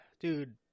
Dude